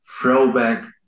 throwback